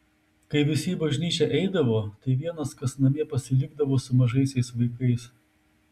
kai visi į bažnyčią eidavo tai vienas kas namie pasilikdavo su mažaisiais vaikais